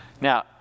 Now